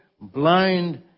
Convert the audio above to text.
blind